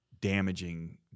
damaging